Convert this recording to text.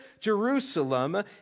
Jerusalem